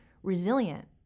Resilient